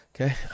Okay